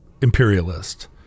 imperialist